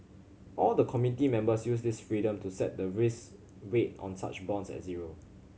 all the committee members use this freedom to set the risk weight on such bonds at zero